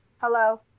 Hello